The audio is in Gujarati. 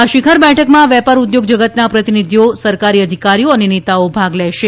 આ શિખર બેઠકમાં વેપાર ઉદ્યોગ જગતના પ્રતિનિધિઓ સરકારી અધિકારીઓ અને નેતાઓ ભાગ લેશે